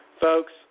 Folks